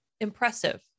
impressive